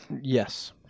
Yes